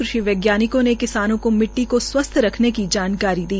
कृषि वैज्ञानिकों को मिट्टी को स्वस्थ रखने की जानकारी दी